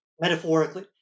Metaphorically